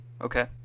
Okay